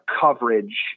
coverage